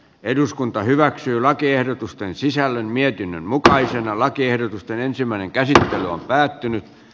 eduskunta hyväksyy lakiehdotusten sisällön mietinnön mukaisena lakiehdotusten ensimmäinen käsittely on päättynyt